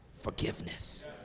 forgiveness